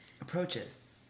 Approaches